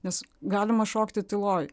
nes galima šokti tyloj